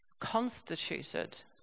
constituted